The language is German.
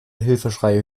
hilfeschreie